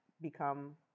become